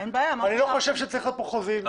אני לא חושב שצריכים להיות כאן חוזים.